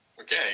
Okay